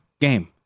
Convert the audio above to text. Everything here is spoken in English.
game